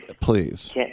Please